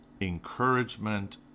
encouragement